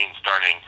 starting